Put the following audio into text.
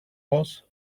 was